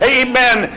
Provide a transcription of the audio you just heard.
amen